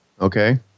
Okay